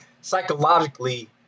psychologically